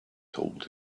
told